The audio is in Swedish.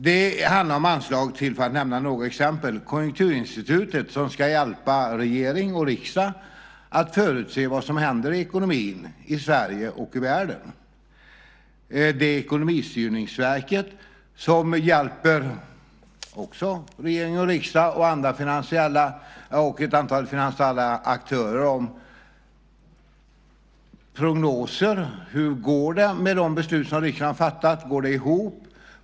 Det handlar, för att nämna några exempel, om anslag till Konjunkturinstitutet, som ska hjälpa regering och riksdag att förutse vad som händer i ekonomin i Sverige och i världen. Det är Ekonomistyrningsverket, som också hjälper regering och riksdag och ett antal finansiella aktörer med prognoser: Hur går det med de beslut som riksdagen har fattat? Går det ihop?